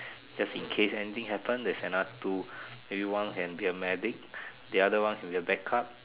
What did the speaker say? just in case anything happen there's another two maybe one can be a medic the other one can be a back up